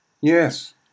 Yes